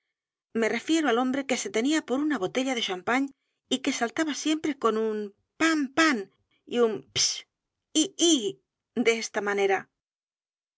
me refiero al hombre que se tenía por una botella de champagne y que saltaba siempre con un pan pan y un pschi i i de esta manera